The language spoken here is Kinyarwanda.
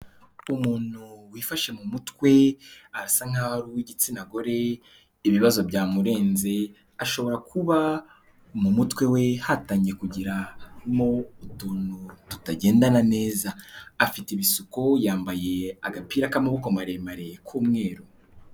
Umuntu wifashe mu mutwe, arasa nk'aho ari uw'igitsina gore, ibibazo byamurenze, ashobora kuba mu mutwe we hatangiye kugiramo utuntu tutagendana neza, afite ibisuko, yambaye agapira k'amaboko maremare k'umweru.